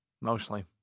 Mostly